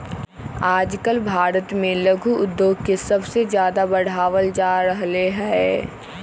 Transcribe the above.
आजकल भारत में लघु उद्योग के सबसे ज्यादा बढ़ावल जा रहले है